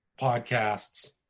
podcasts